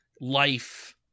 life